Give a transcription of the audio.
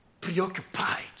preoccupied